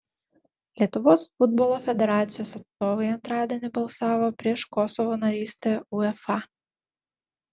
lietuvos futbolo federacijos atstovai antradienį balsavo prieš kosovo narystę uefa